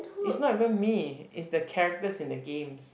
is not even me is the characters in the games